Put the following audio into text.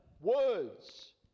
words